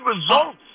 results